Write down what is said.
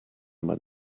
man